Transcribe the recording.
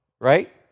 right